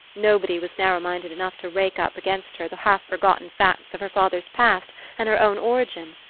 nobody was narrow-minded enough to rake up against her the half-forgotten facts of her father's past and her own origin.